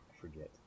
forget